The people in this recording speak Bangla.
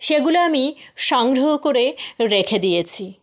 সেগুলো আমি সংগ্রহ করে রেখে দিয়েছি